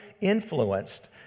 influenced